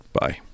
Bye